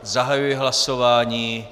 Zahajuji hlasování.